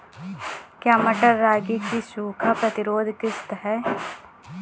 क्या मटर रागी की सूखा प्रतिरोध किश्त है?